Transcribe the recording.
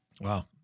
Wow